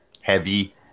Heavy